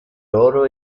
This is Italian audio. loro